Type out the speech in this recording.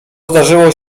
zdarzyło